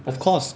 of course